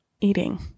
eating